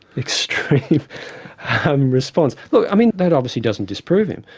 extreme response. look, i mean that obviously doesn't disprove it,